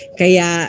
kaya